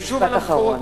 משפט אחרון.